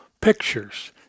pictures